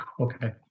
Okay